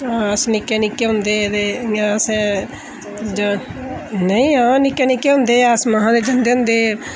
अस निक्के निक्के होंदे हे इ'यां अस नेईं निक्के निक्के होंदे है अस में है जंदे होंदे हे